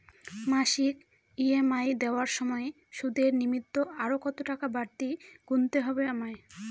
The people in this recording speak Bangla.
মাসিক ই.এম.আই দেওয়ার সময়ে সুদের নিমিত্ত আরো কতটাকা বাড়তি গুণতে হবে আমায়?